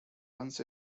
runs